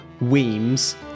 Weems